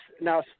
now